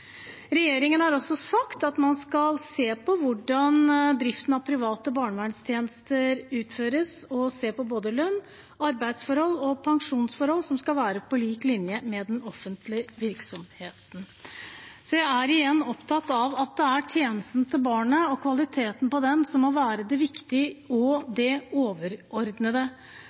Regjeringen har også sagt at man skal se på hvordan driften av private barnevernstjenester utføres – se på både lønn, arbeidsforhold og pensjonsforhold, som skal være på lik linje med offentlig virksomhet. Så jeg er igjen opptatt av at det er tjenesten til barnet og kvaliteten på den som må være det viktige og det overordnede.